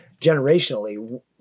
generationally